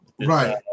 right